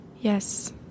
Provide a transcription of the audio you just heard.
Yes